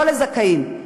לא לזכאים.